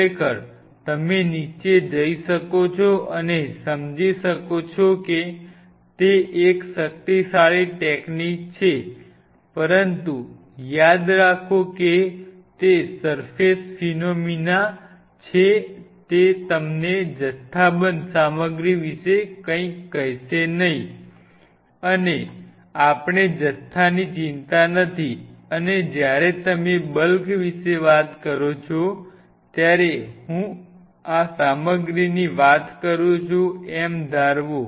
ખરેખર તમે નીચે જઈ શકો છો અને સમજી શકો છો કે તે એક શક્તિશાળી ટેકનિક છે પરંતુ યાદ રાખો કે તે સર્ફેસ ફિનોમીના છે તે તમને જથ્થાબંધ સામગ્રી વિશે કંઇ કહેશે નહીં અને આપણને જથ્થાની ચિંતા નથી અને જ્યારે તમે બલ્ક વિશે વાત કરો છો ત્યારે હું આ સામગ્રીની વાત કરું છું એમ ધાર વું